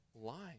lying